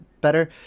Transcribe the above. better